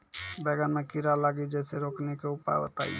बैंगन मे कीड़ा लागि जैसे रोकने के उपाय बताइए?